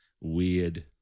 weird